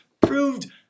proved